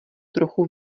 trochu